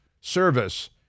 service